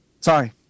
Sorry